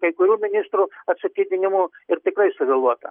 kai kurių ministrų atstatydinimu ir tikrai suvėluota